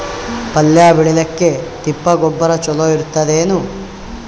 ಪಲ್ಯ ಬೇಳಿಲಿಕ್ಕೆ ತಿಪ್ಪಿ ಗೊಬ್ಬರ ಚಲೋ ಇರತದೇನು?